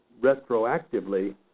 retroactively